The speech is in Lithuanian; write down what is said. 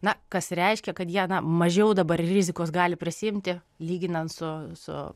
na kas reiškia kad jie na mažiau dabar rizikos gali prisiimti lyginant su